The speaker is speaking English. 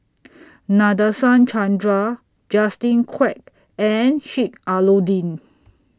Nadasen Chandra Justin Quek and Sheik Alau'ddin